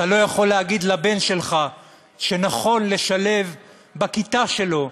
אתה לא יכול להגיד לבן שלך שנכון לשלב בכיתה שלו,